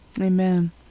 Amen